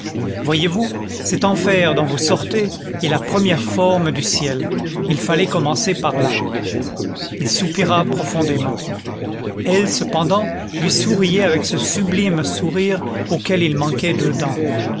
voyez-vous cet enfer dont vous sortez est la première forme du ciel il fallait commencer par là il soupira profondément elle cependant lui souriait avec ce sublime sourire auquel il manquait